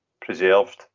preserved